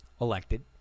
elected